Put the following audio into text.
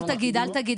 אל תגיד,